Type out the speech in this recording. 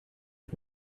das